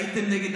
הייתם נגד,